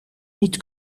niet